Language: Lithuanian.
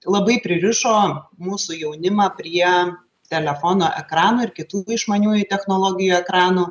labai pririšo mūsų jaunimą prie telefono ekrano ir kitų išmaniųjų technologijų ekrano